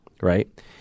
right